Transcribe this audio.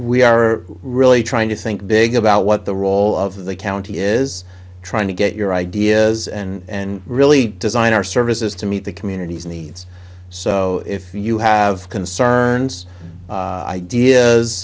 we are really trying to think big about what the role of the county is trying to get your ideas and really design our services to meet the communities in the us so if you have concerns ideas